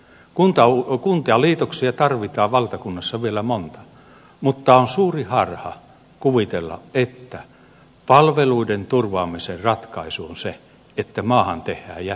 kuntaliitoksia tarvitaan valtakunnassa vielä monta mutta on suuri harha kuvitella että palveluiden turvaamisen ratkaisu on se että maahan tehdään jättikunnat